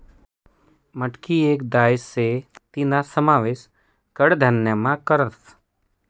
मटकी येक दाय शे तीना समावेश कडधान्यमा करतस